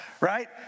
right